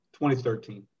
2013